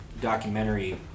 documentary